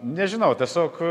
nežinau tiesiog